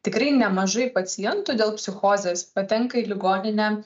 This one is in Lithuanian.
tikrai nemažai pacientų dėl psichozės patenka į ligoninę